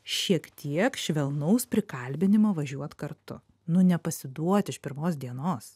šiek tiek švelnaus prikalbinimo važiuot kartu nu nepasiduot iš pirmos dienos